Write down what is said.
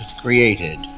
created